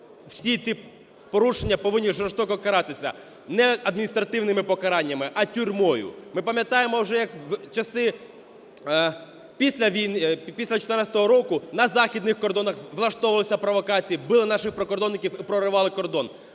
Всі ці порушення повинні жорстоко каратися. Не адміністративними покарання, а тюрмою. Ми пам'ятаємо вже, як в часи після війни… після 2014 року на західних кордонах влаштовувалися провокації, били наших прикордонників і проривали кордон.